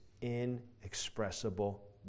inexpressible